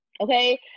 okay